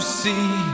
see